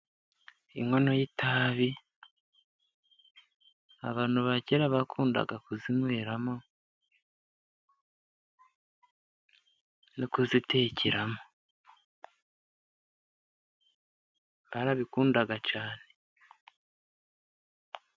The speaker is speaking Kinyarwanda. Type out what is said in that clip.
Inkono y'itabi abantu bakera kundaga kuzinyweramo, no kuzitekeramo, barabikundaga cyane.